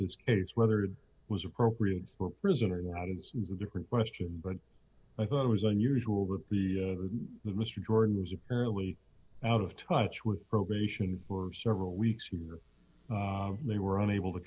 this case whether it was appropriate for prison or not and is a different question but i thought it was unusual that the the mister jordan was apparently out of touch with probation for several weeks who they were unable to